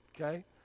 okay